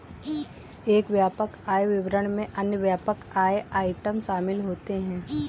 एक व्यापक आय विवरण में अन्य व्यापक आय आइटम शामिल होते हैं